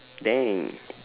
damn